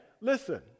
listen